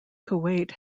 kuwait